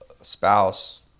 spouse